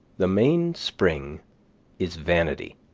the mainspring is vanity,